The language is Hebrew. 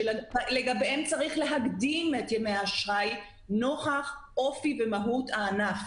-- שלגביהם צריך להקדים את ימי אשראי נוכח אופי ומהות הענף,